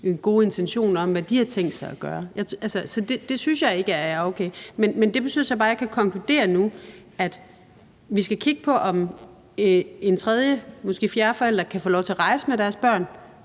og gode intentioner om, hvad de har tænkt sig at gøre. Så det synes jeg ikke er okay. Men det betyder så bare, at jeg kan konkludere nu, at vi skal kigge på, om en tredje, måske en fjerde forælder kan få lov til at rejse med deres børn,